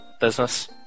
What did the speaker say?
business